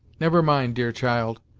never mind, dear child,